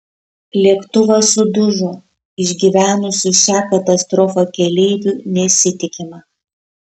lėktuvas sudužo išgyvenusių šią katastrofą keleivių nesitikima